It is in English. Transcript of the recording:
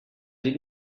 did